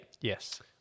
Yes